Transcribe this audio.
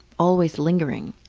always lingering.